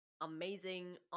amazing